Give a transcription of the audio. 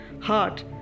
heart